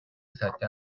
сайдын